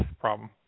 problem